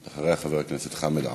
אחריה, חבר הכנסת חמד עמאר.